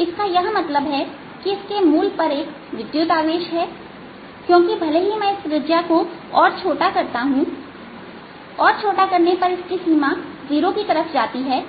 इसका यह मतलब है कि इसके मूल पर एक विद्युत आवेश है क्योंकि भले ही मैं इस त्रिज्या को और छोटा करता हूं और छोटा करने पर इसकी सीमा 0 की तरफ जाती है